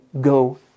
go